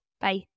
Bye